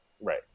Right